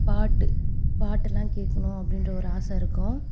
பாட்டு பாட்டெல்லாம் கேட்கணும் அப்படின்ற ஒரு ஆசை இருக்கும்